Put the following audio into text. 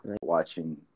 watching